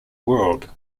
world